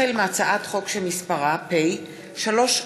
החל בהצעת חוק שמספרה פ/3550/20